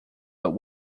but